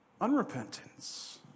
unrepentance